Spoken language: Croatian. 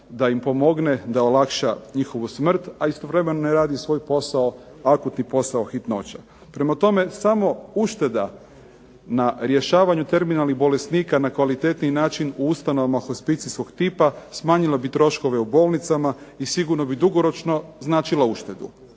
da im pomogne, da im olakša njihovu smrt a istovremeno radi svoj posao, akutni posao hitnoća. Prema tome, samo ušteda na rješavanju terminalnih bolesnika na kvalitetniji način u ustanovama hospicijskog tipa smanjilo bi troškove u bolnicama i sigurno bi dugoročno značila uštedu.